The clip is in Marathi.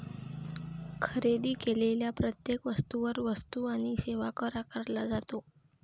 खरेदी केलेल्या प्रत्येक वस्तूवर वस्तू आणि सेवा कर आकारला जातो